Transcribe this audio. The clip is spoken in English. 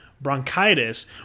bronchitis